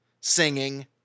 singing